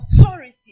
authority